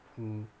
mm